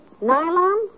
Nylon